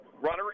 runner